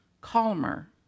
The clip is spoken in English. calmer